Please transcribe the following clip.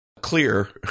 clear